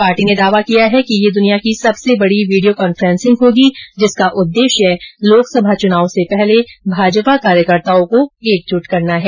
party ने दावा किया है कि यह दुनिया की सबसे बड़ी वीडियो कॉन्फ्रेंसिंग होगी जिसका उद्देश्य लोकसभा चुनाव से पहले भाजपा कार्यकर्ताओं को एकजुट करना है